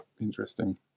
interesting